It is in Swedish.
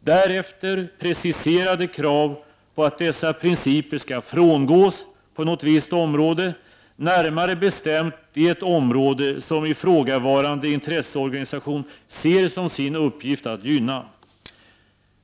därefter preciserade krav på att dessa principer skall frångås på något visst område, närmare bestämt på det område som ifrågavarande intresseorganisation ser som sin uppgift att gynna.